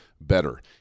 better